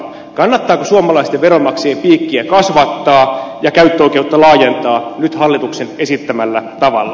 kannattaako suomalaisten veronmaksajien piikkiä kasvattaa ja käyttöoikeutta laajentaa nyt hallituksen esittämällä tavalla